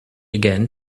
again